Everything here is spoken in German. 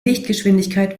lichtgeschwindigkeit